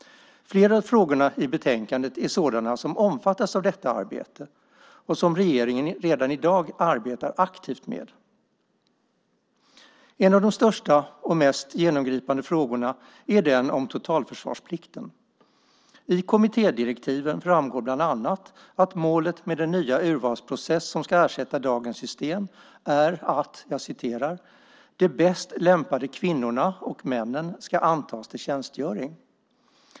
Flera av frågorna i betänkandet är sådana som omfattas av detta arbete och som regeringen redan i dag arbetar aktivt med. En av de största och mest genomgripande frågorna är den om totalförsvarsplikten. I kommittédirektiven framgår bland annat att målet med den nya urvalsprocess som ska ersätta dagens system är att "de bäst lämpade kvinnorna och männen ska antas till tjänstgöring".